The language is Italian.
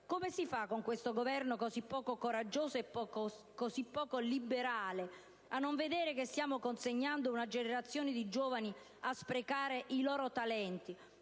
Come fa questo Governo così poco coraggioso e così poco liberale a non vedere che stiamo consegnando una generazione di giovani a sprecare i loro talenti?